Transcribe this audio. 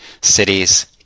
cities